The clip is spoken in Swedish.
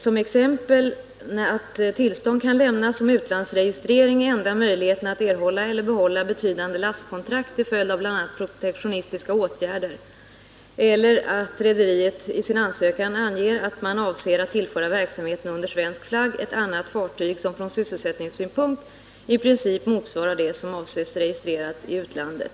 Som exempel nämns att tillstånd kan lämnas om utlandsregistrering är enda möjligheten att erhålla eller behålla betydande lastkontrakt till följd av bl.a. protektionistiska åtgärder eller att rederiet i sin ansökan anger att man ämnar tillföra verksamheten under svensk flagg ett annat fartyg som från sysselsättningssynpunkt i princip motsvarar det som avses bli registrerat i utlandet.